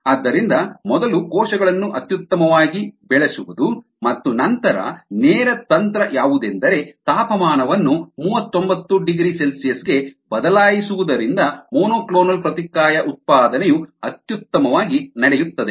ಆದ್ದರಿಂದ ಮೊದಲು ಕೋಶಗಳನ್ನು ಅತ್ಯುತ್ತಮವಾಗಿ ಬೆಳೆಸುವುದು ಮತ್ತು ನಂತರ ನೇರ ತಂತ್ರ ಯಾವುದೆಂದರೆ ತಾಪಮಾನವನ್ನು 39ºCಗೆ ಬದಲಾಯಿಸುವುದರಿಂದ ಮೊನೊಕ್ಲೋನಲ್ ಪ್ರತಿಕಾಯ ಉತ್ಪಾದನೆಯು ಅತ್ಯುತ್ತಮವಾಗಿ ನಡೆಯುತ್ತದೆ